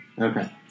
Okay